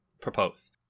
propose